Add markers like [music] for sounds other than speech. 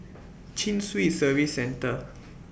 [noise] Chin Swee Service Centre